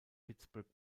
pittsburgh